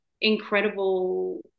incredible